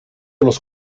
los